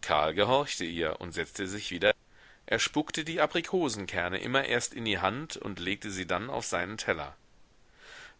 karl gehorchte ihr und setzte sich wieder er spuckte die aprikosenkerne immer erst in die hand und legte sie dann auf seinen teller